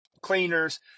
cleaners